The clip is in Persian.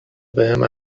بهم